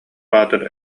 баатыр